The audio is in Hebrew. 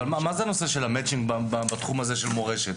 מה זה הנושא של מצ'ינג בתחום הזה של מורשת?